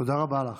תודה רבה לך,